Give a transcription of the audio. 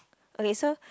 okay so